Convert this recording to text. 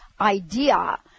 idea